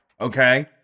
okay